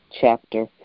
chapter